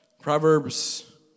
Proverbs